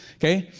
okay?